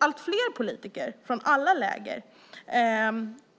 Allt fler politiker från alla läger